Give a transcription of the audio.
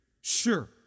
sure